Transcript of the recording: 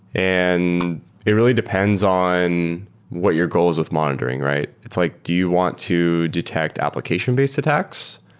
and it really depends on what your goals with monitoring, right? it's like do you want to detect application-based attacks?